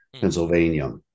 Pennsylvania